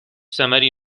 ثمری